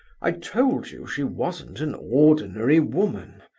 i told you she wasn't an ordinary woman,